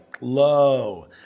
low